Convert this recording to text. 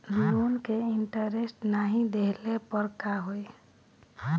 Loan के interest नाही देहले पर का होई?